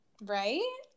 right